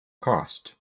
cost